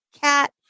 cat